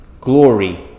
glory